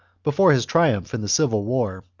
before his triumph in the civil war,